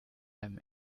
einem